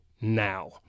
now